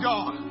God